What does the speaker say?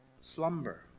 slumber